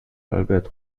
albert